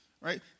right